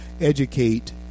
educate